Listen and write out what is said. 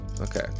okay